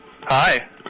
Hi